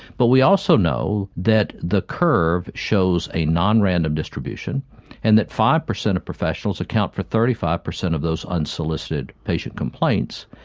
but we also know that the curve shows a non-random distribution and that five percent of professionals account for thirty five percent of those unsolicited patient complaints,